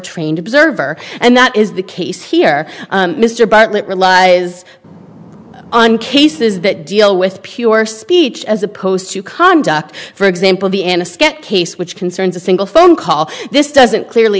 trained observer and that is the case here mr bartlett relies on cases that deal with pure speech as opposed to conduct for example the end of sketch case which concerns a single phone call this doesn't clearly